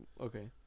Okay